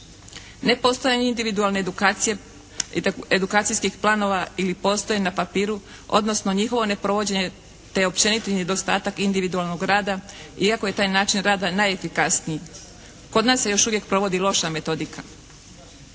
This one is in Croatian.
Nepostojanje individualne edukacije i edukacijskih planova ili postoji na papiru, odnosno njihovo neprovođenje te općeniti nedostatak individualnog rada, iako je taj način rada najefikasniji. Kod nas se još uvijek provodi loša metodika.